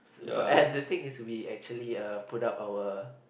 but and the thing is we actually uh put up our